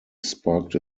sparked